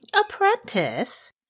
Apprentice